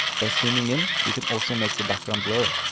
by zooming in, we can also make the background blurry.